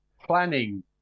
planning